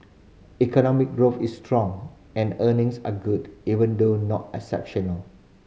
economic growth is strong and earnings are good even though not exceptional